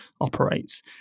operates